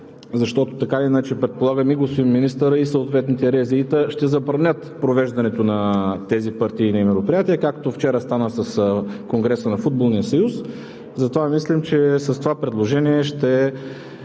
защото така или иначе предполагам, че и господин министърът, и съответните РЗИ-та ще забранят провеждането на тези партийни мероприятия, както вчера стана с конгреса на Футболния съюз. Мислим, че с това предложение ще